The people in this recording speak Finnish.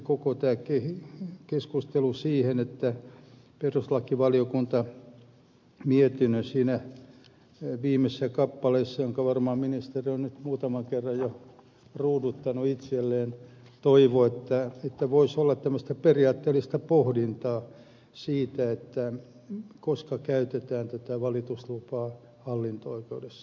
koko tämä keskusteluhan johti siihen että perustuslakivaliokunta mietinnön viimeisessä kappaleessa jonka varmaan ministeri on muutaman kerran jo ruuduttanut itselleen toivoi että voisi olla tämmöistä periaatteellista pohdintaa siitä koska käytetään valituslupaa hallinto oikeudessa